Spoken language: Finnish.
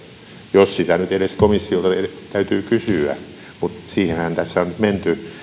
jos sitä nyt edes komissiolta täytyy kysyä mutta siihenhän tässä on nyt menty